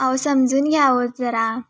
अहो समजून घ्या ओ जरा